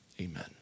amen